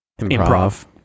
improv